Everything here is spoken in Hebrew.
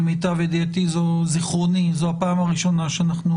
למיטב זכרוני זו הפעם הראשונה שאנחנו